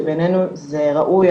שבעיננו זה ראוי,